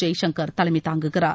ஜெய்சங்கா் தலைமை தாங்குகிறார்